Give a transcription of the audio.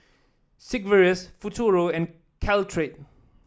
Sigvaris Futuro and Caltrate